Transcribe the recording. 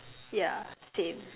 yeah same